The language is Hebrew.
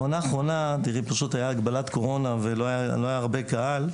בעונה האחרונה הייתה הגבלת קורונה ולא היה הרבה קהל,